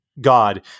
God